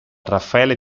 raffaele